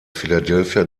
philadelphia